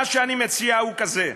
מה שאני מציע הוא כך: